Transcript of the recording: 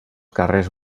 carrers